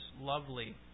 lovely